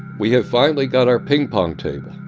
we have finally got our ping pong table.